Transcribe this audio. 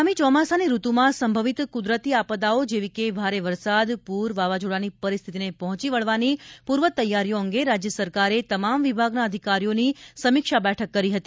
આગામી ચોમાસાની ઋતુમાં સંભવિત કુદરતી આપદાઓ જેવી કે ભારે વરસાદ પૂર વાવાઝોડાની પરિસ્થિતિને પહોંચી વળવાની પૂર્વ તૈયારીઓ અંગે રાજ્ય સરકારે તમામ વિભાગના અધિકારીઓની સમીક્ષા બેઠક કરી હતી